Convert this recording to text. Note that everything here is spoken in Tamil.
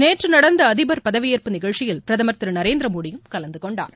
நேற்று நடந்த அதிபர் பதவியேற்பு நிகழ்ச்சியில் பிரதமர் திரு நரேந்திரமோடியும் கலந்து கொண்டார்